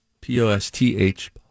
P-O-S-T-H